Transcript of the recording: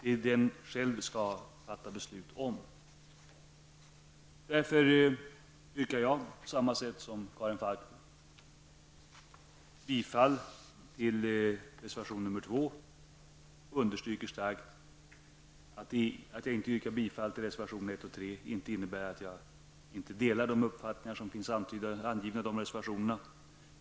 Inom denna skall vi ju själva fatta beslut. Därför yrkar jag på samma sätt som Karin Falkmer bifall till reservation 2 och understryker starkt att det förhållandet att jag inte yrkar bifall till reservation 1 och 3 inte beror på att jag inte delar de uppfattningar som återges i dessa reservationer.